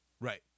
Right